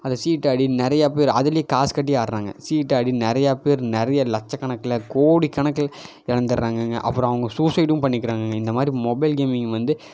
அது சீட்டு ஆடி நிறையா பேர் அதுலேயும் காசு கட்டி ஆடுறாங்க சீட்டு ஆடி நிறையா பேர் நெறையா லட்சக்கணக்கில் கோடிக்கணக்கில் இழந்துட்றாங்கங்க அப்புறம் அவங்க சூசைடும் பண்ணிக்கிறாங்கங்க இந்த மாதிரி மொபைல் கேமிங் வந்து